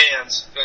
fans